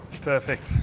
Perfect